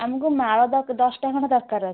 ଆମକୁ ମାଳ ଦ ଦଶଟା ଖଣ୍ଡେ ଦରକାର ଅଛି